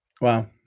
Wow